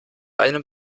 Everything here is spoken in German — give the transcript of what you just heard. einen